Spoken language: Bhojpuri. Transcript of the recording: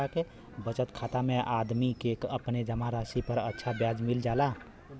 बचत खाता में आदमी के अपने जमा राशि पर अच्छा ब्याज मिल जाला